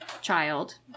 child